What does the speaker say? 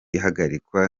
ihagarikwa